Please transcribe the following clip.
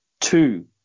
two